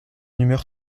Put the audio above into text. humeur